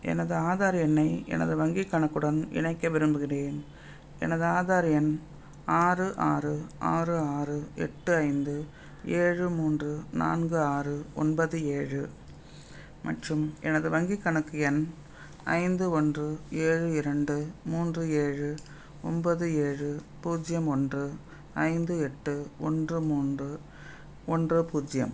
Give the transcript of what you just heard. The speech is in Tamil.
எனது ஆதார் எண்ணை எனது வங்கிக் கணக்குடன் இணைக்க விரும்புகிறேன் எனது ஆதார் எண் ஆறு ஆறு ஆறு ஆறு எட்டு ஐந்து ஏழு மூன்று நான்கு ஆறு ஒன்பது ஏழு மற்றும் எனது வங்கிக் கணக்கு எண் ஐந்து ஒன்று ஏழு இரண்டு மூன்று ஏழு ஒம்போது ஏழு பூஜ்ஜியம் ஒன்று ஐந்து எட்டு ஒன்று மூன்று ஒன்று பூஜ்ஜியம்